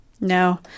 No